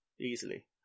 easily